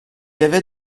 avait